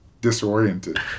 disoriented